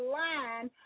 line